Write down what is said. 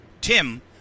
Tim